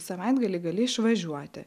savaitgalį gali išvažiuoti